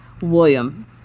William